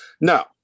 No